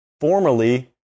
formerly